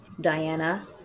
Diana